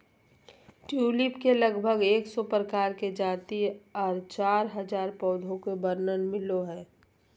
tulip के लगभग एक सौ प्रकार के जाति आर चार हजार पौधा के वर्णन मिलो हय